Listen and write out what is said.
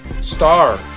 star